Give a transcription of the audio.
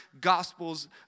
Gospels